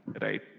right